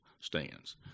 stands